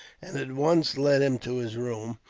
and at once led him to his room,